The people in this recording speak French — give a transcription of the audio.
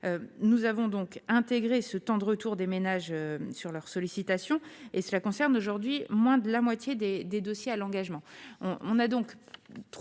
nous avons donc intégrer ce temps de retour des ménages sur leur sollicitation et cela concerne aujourd'hui moins de la moitié des des dossiers à l'engagement,